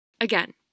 Again